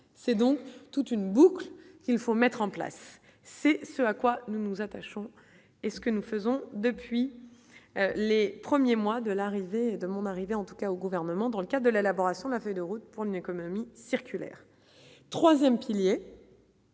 c'est donc toute une boucle, il faut mettre en place, c'est ce à quoi nous nous attachons et ce que nous faisons depuis les premiers mois de l'arrivée de mon arrivée en tout cas au gouvernement, dans le cas de l'élaboration de la feuille de route pour une économie circulaire 3ème, pilier.